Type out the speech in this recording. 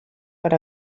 per